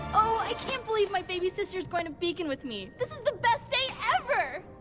oh, i can't believe my baby sister is going to beacon with me! this is the best day ever!